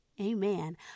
amen